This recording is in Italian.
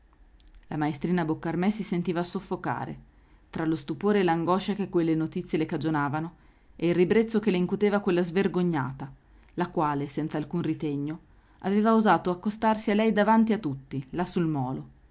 la maestrina boccarmè si sentiva soffocare tra lo stupore e l'angoscia che quelle notizie le cagionavano e il ribrezzo che le incuteva quella svergognata la quale senz'alcun ritegno aveva osato accostarsi a lei davanti a tutti là sul molo